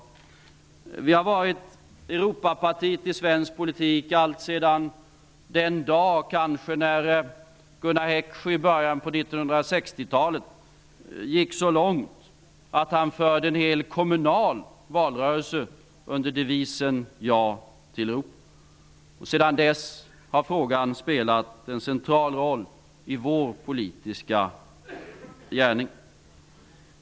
Moderaterna har varit Europapartiet i den svenska politiken kanske alltsedan den dag då Gunnar Heckscher i början av 1960-talet gick så långt att han förde en kommunal valrörelse under devisen ''Ja till Europa''. Sedan dess har frågan spelat en central roll i vår politiska gärning.